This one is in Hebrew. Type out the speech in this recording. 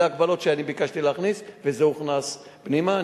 אלה ההגבלות שאני ביקשתי להכניס, וזה הוכנס פנימה.